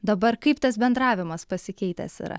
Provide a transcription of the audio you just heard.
dabar kaip tas bendravimas pasikeitęs yra